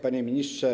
Panie Ministrze!